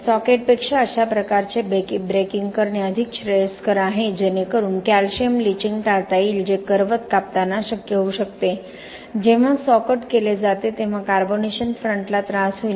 सॉकेटपेक्षा अशा प्रकारचे ब्रेकिंग करणे अधिक श्रेयस्कर आहे जेणेकरुन कॅल्शियम लीचिंग टाळता येईल जे करवत कापताना शक्यतो होऊ शकते जेव्हा सॉ कट केले जाते तेव्हा कार्बोनेशन फ्रंटला त्रास होईल